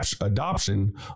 adoption